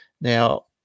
Now